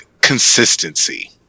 consistency